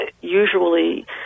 usually